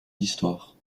d’histoire